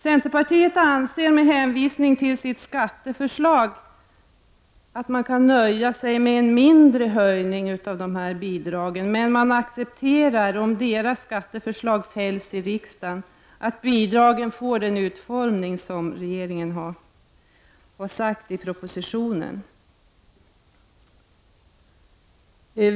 Centerpartiet anser, med hänvisning till sitt skatteförslag, att man kan nöja sig med en mindre höjning av dessa bidrag. Men centerpartisterna kommer, om deras skatteförslag fälls i riksdagen, att acceptera att bidragen får den utformning som regeringen har föreslagit i propositionen.